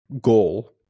goal